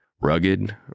Rugged